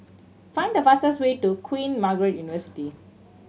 find the fastest way to Queen Margaret University